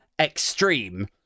extreme